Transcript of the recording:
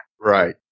Right